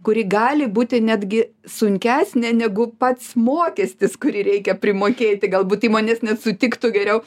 kuri gali būti netgi sunkesnė negu pats mokestis kurį reikia primokėti galbūt įmonės nesutiktų geriau